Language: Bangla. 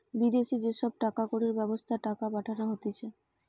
বিদেশি যে সব টাকা কড়ির ব্যবস্থা টাকা পাঠানো হতিছে